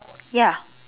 ya